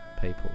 people